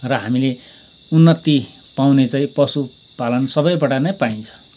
र हामीले उन्नति पाउने चाहिँ पशुपालन सबैबाट नै पाइन्छ